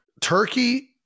Turkey